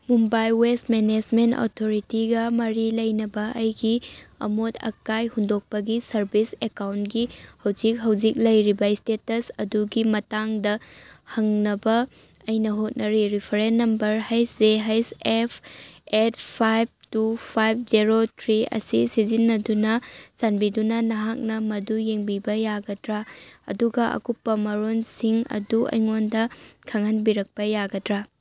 Mumbai waste management ꯑꯣꯊꯣꯔꯤꯇꯤꯒ ꯃꯔꯤ ꯂꯩꯅꯕ ꯑꯩꯒꯤ ꯑꯃꯣꯠ ꯑꯀꯥꯏ ꯍꯨꯟꯗꯣꯛꯄꯒꯤ ꯁꯔꯚꯤꯁ ꯑꯦꯀꯥꯎꯟꯒꯤ ꯍꯧꯖꯤꯛ ꯍꯧꯖꯤꯛ ꯂꯩꯔꯤꯕ ꯏꯁꯇꯦꯇꯁ ꯑꯗꯨꯒꯤ ꯃꯇꯥꯡꯗ ꯍꯪꯅꯕ ꯑꯩꯅ ꯍꯣꯠꯅꯇꯤ reference number H J H F eight five two five zero three ꯑꯁꯤ ꯁꯤꯖꯤꯟꯅꯗꯨꯅ ꯆꯥꯟꯕꯤꯗꯨꯅ ꯅꯍꯥꯛꯅ ꯃꯗꯨ ꯌꯦꯡꯕꯤꯕ ꯌꯥꯒꯗ꯭ꯔ ꯑꯗꯨꯒ ꯑꯀꯨꯞꯄ ꯃꯔꯣꯟꯁꯤꯡ ꯑꯗꯨ ꯑꯩꯉꯣꯟꯗ ꯈꯪꯍꯟꯕꯤꯔꯛꯄ ꯌꯥꯒꯗ꯭ꯔ